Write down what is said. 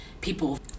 people